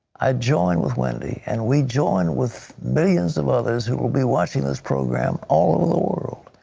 i joined with wendy and we joined with billions of others who will be watching this program all over the world.